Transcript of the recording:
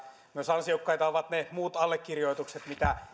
myös ansiokkaita ovat ne muut allekirjoitukset